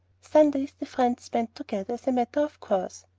sundays the friends spent together, as a matter of course.